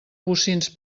bocins